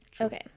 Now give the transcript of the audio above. Okay